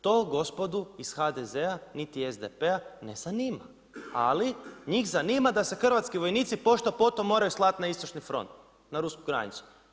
To gospodu iz HDZ-a, niti SDP-a ne zanima, ali njih zanima da se hrvatski vojnici pošto poto moraju slati na istočni front, na rusku granicu.